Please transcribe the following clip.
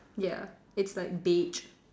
ya it's like beige